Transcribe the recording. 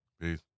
Peace